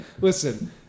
Listen